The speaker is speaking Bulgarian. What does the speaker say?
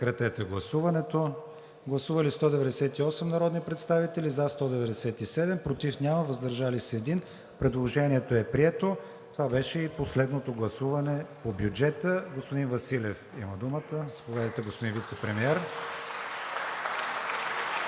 режим на гласуване. Гласували 198 народни представители: за 197, против няма, въздържал се 1. Предложението е прието. Това беше и последното гласуване по бюджета. (Ръкопляскания.) Господин Василев има думата. Заповядайте, господин Вицепремиер.